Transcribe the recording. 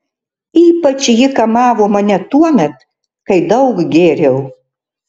ypač ji kamavo mane tuomet kai daug gėriau